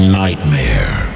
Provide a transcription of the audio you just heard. nightmare